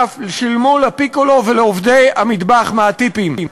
ואף שילמו לפיקולו ולעובדי המטבח מהטיפים.